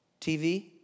TV